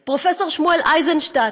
פרופ' שמואל אייזנשטדט.